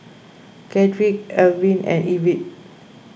Chadrick Elwyn and Ivette